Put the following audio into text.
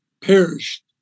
perished